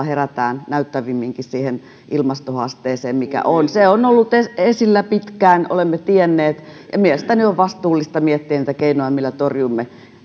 herätään näyttävämminkin siihen ilmastohaasteeseen mikä on se on ollut esillä pitkään olemme tienneet ja mielestäni on vastuullista miettiä niitä keinoja millä torjumme